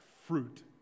fruit